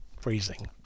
freezing